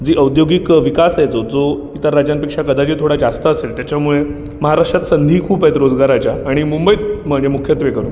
जी औद्योगिक विकास आहे जो जो इतर राज्यांपेक्षा कदाचित थोडा जास्त असेल त्याच्यामुळे महाराष्ट्रात संधीही खूप आहेत रोजगाराच्या आणि मुंबईत म्हणजे मुख्यत्वे करून